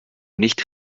nicht